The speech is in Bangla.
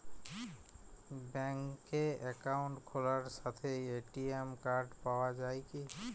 ব্যাঙ্কে অ্যাকাউন্ট খোলার সাথেই এ.টি.এম কার্ড পাওয়া যায় কি?